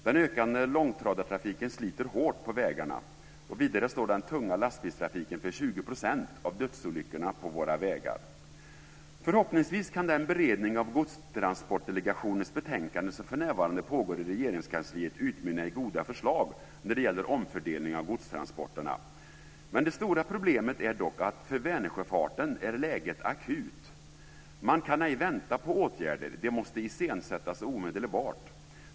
Den ökade långtradartrafiken sliter hårt på vägarna. Vidare står den tunga lastbilstrafiken för 20 % av dödsolyckorna på våra vägar. Förhoppningsvis kan den beredning av Godstransportdelegationens betänkande som för närvarande pågår i Regeringskansliet utmynna i goda förslag när det gäller omfördelning av godstransporterna. Det stora problemet är dock att för Vänersjöfarten är läget akut. Man kan ej vänta på åtgärder - de måste iscensättas omedelbart.